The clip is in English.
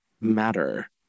matter